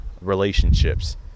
relationships